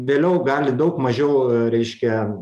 vėliau gali daug mažiau reiškia